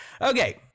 Okay